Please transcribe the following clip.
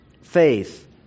faith